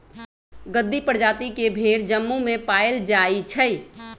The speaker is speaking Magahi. गद्दी परजाति के भेड़ जम्मू में पाएल जाई छई